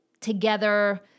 together